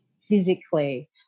physically